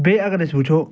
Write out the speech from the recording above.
بیٚیہِ اَگر أسۍ وُچھَو